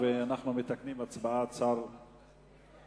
ואנחנו מתקנים את הצבעת שר האוצר.